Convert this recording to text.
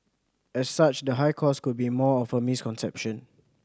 as such the high cost could be more of a misconception